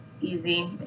easy